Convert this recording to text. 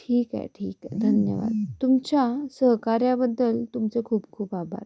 ठीक आहे ठीक आहे धन्यवाद तुमच्या सहकार्याबद्दल तुमचे खूप खूप आभार